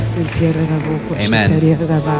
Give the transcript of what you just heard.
amen